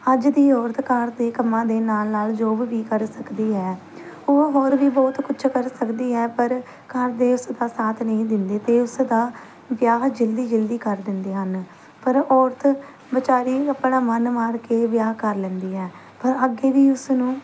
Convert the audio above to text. ਅੱਜ ਦੀ ਔਰਤ ਘਰ ਦੇ ਕੰਮਾਂ ਦੇ ਨਾਲ ਨਾਲ ਜੋਬ ਵੀ ਕਰ ਸਕਦੀ ਹੈ ਉਹ ਹੋਰ ਵੀ ਬਹੁਤ ਕੁਛ ਕਰ ਸਕਦੀ ਹੈ ਪਰ ਘਰ ਦੇ ਉਸ ਦਾ ਸਾਥ ਨਹੀਂ ਦਿੰਦੇ ਅਤੇ ਉਸ ਦਾ ਵਿਆਹ ਜਲਦੀ ਜਲਦੀ ਕਰ ਦਿੰਦੇ ਹਨ ਪਰ ਔਰਤ ਵਿਚਾਰੀ ਆਪਣਾ ਮਨ ਮਾਰ ਕੇ ਵਿਆਹ ਕਰ ਲੈਂਦੀ ਹੈ ਪਰ ਅੱਗੇ ਵੀ ਉਸ ਨੂੰ